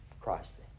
Christ